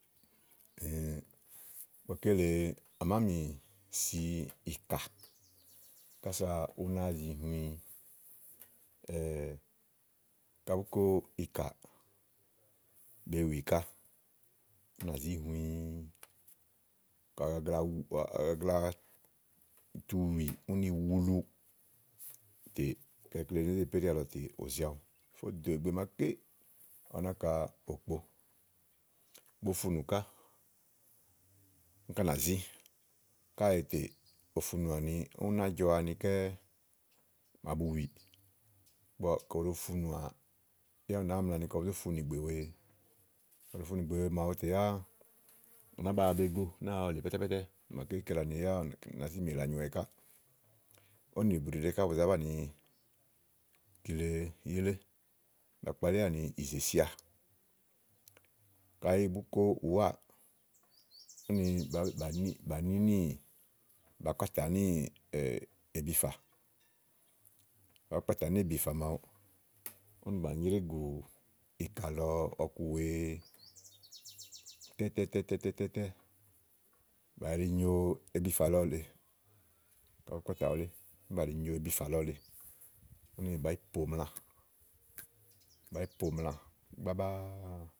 ígbɔké lèe à máa nì si ìká kása ú náa zi hũĩ kayi bùú ko ìká, be wì ká ú nà zí hũĩ ka ù gagla wu gbàa, ka àgagla tu wì ú ni wulu tè ka ikle wèe né zè péɖià àlɔtè ù zi awu fo dò ìgbè màaké à náa áŋka òkpo bo funù ká úni ká nà zí káèè tè ufunùànì úni ná jɔanikɛ́ màabu wìì ígbɔ ka ò ɖo funùà yá ú nàáa mla ni kɔ zó funù ìgbé wèee ka ò ɖo funù ìgbè wèe màawu tè yá ù nàá baa be go ú náa wùlì pɛ́tɛ́pɛ́tɛ́ màaké kele áni ù nàáa zi yìlè anyuwɛ káà. òwò nì bùɖìɖe ká bù zá banìi kile ká yìilè ba kpalíà ni ìzìsia kayi bùú ko ùwáà úni bà ní níì, bàá kpatà níì èbifà kayi bùú kpatà néèbifà màawu úni bà nyrégù ìkà lɔ nɔ̀ku wèee tɛ́tɛ́tɛ́tɛ́ tɛ́ tɛ, bà yili nyo ebifà lɔ lèe kayi bùú kpatà wúlè úni bà yili nyo ebifà lɔ lèe úni bàá yi poòmla, bàá yi pòomla gbágbáá.